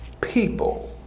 people